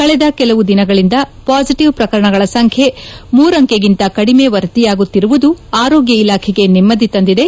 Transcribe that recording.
ಕಳೆದ ಕೆಲವು ದಿನಗಳಿಂದ ಪಾಸಿಟಿವ್ ಪ್ರಕರಣಗಳ ಸಂಬ್ಯೆ ಮೂರಂಕೆಗಿಂತ ಕಡಿಮೆ ವರದಿಯಾಗುತ್ತಿರುವುದು ಆರೋಗ್ಯ ಇಲಾಖೆಗೆ ನೆಮ್ಮದಿ ತಂದಿದೆ